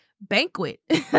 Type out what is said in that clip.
banquet